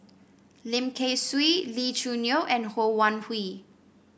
Lim Kay Siu Lee Choo Neo and Ho Wan Hui